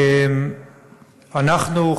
אנחנו,